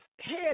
Head